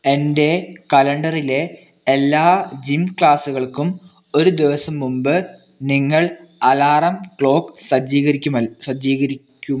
എന്റെ കലണ്ടറിലെ എല്ലാ ജിം ക്ലാസുകൾക്കും ഒരു ദിവസം മുൻപ് നിങ്ങൾ അലാറം ക്ലോക്ക് സജ്ജീകരിക്കുമ സജ്ജീകരിക്കും